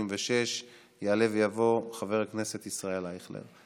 יעלה ויבוא חבר הכנסת ישראל אייכלר.